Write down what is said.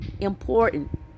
important